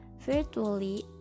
Virtually